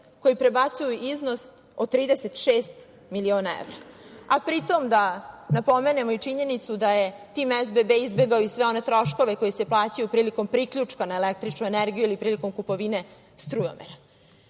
koji prebacuju iznos od 36 miliona evra, a pri tom da napomenemo i činjenicu da je tim SBB izbegao i sve one troškove koji se plaćaju prilikom priključka na električnu energiju ili prilikom kupovine strujomera. To